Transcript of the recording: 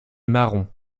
marron